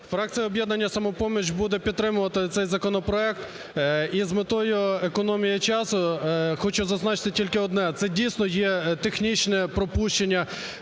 Фракція об'єднання "Самопоміч" буде підтримувати цей законопроект. І з метою економії часу хочу зазначити тільки одне: це дійсно є технічне пропущення